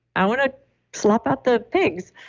i want to slop out the pigs,